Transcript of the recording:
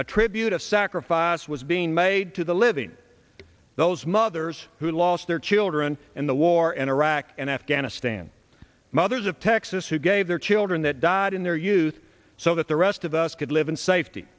a tribute a sacrifice was being made to the living those mothers who lost their children in the war in iraq and afghanistan mothers of texas who gave their children that died in their youth so that the rest of us could live in safety